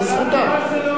זו זכותה.